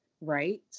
right